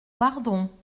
bardon